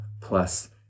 plus